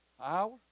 Hour